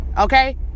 okay